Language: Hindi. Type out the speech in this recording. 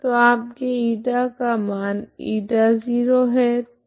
तो आपके η का मान η0 है